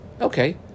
Okay